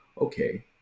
okay